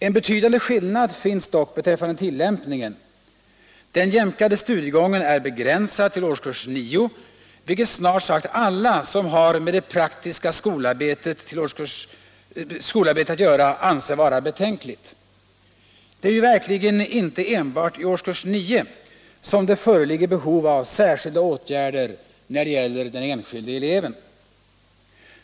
En betydande skillnad finns dock beträffande tillämpningen — den jämkade studiegången är begränsad till årskurs 9, vilket snart sagt alla som har med det praktiska skolarbetet att göra anser vara betänkligt. Det är ju verkligen inte enbart i årskurs 9 som det föreligger behov av särskilda åtgärder när det gäller den enskilde eleven.